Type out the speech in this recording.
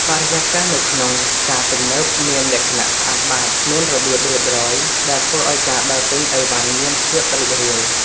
បរិយាកាសនៅក្នុងផ្សារទំនើបមានលក្ខណៈស្អាតបាតមានរបៀបរៀបរយដែលធ្វើឱ្យការដើរទិញអីវ៉ាន់មានភាពរីករាយ។